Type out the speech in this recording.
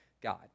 God